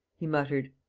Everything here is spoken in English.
he muttered.